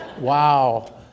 Wow